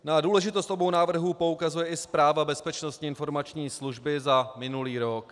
Na důležitost obou návrhů poukazuje i zpráva Bezpečnostní informační služba za minulý rok.